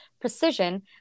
precision